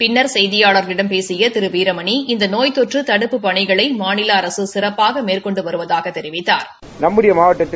பின்னா் செய்தியாளா்களிடம் பேசிய திரு வீரமணி இந்த நோய் தொற்று தடுப்புப் பணிகளை மாநில அரசு சிறப்பாக மேற்கொண்டு வருவதாகத் தெரிவித்தாா்